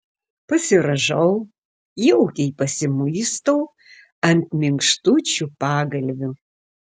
pasirąžau jaukiai pasimuistau ant minkštučių pagalvių